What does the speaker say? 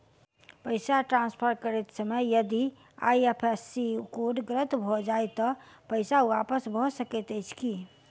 पैसा ट्रान्सफर करैत समय यदि आई.एफ.एस.सी कोड गलत भऽ जाय तऽ पैसा वापस भऽ सकैत अछि की?